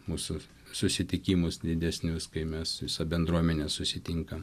mūsų susitikimus didesnius kai mes visa bendruomenė susitinkam